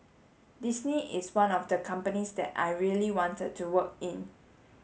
Disney is one of the companies that I really wanted to work in